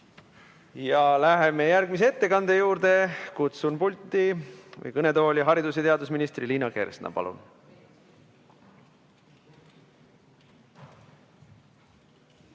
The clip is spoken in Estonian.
Läheme järgmise ettekande juurde. Kutsun kõnetooli haridus- ja teadusminister Liina Kersna. Palun!